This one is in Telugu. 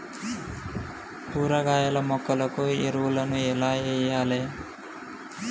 కూరగాయ మొక్కలకు ఎరువులను ఎలా వెయ్యాలే?